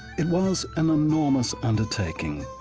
it was an enormous undertaking,